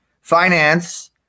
finance